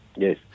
Yes